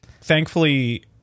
Thankfully